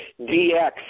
DX